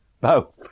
Bow